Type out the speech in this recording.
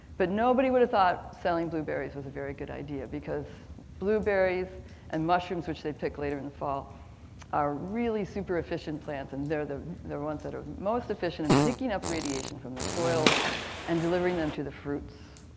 but nobody would've thought selling blueberries was a very good idea because blueberries and mushrooms. which they pick later in the fall are really super efficient plants and they're the ones that are most efficient in picking up radiation from the soils and delivering them to the fruits.